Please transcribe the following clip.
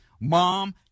mom